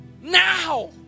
Now